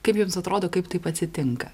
kaip jums atrodo kaip taip atsitinka